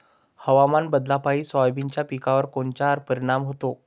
हवामान बदलापायी सोयाबीनच्या पिकावर कोनचा परिणाम होते?